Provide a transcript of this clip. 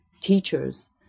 teachers